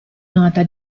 nota